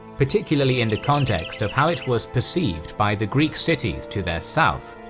particularly in the context of how it was perceived by the greek cities to their south.